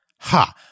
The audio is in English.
Ha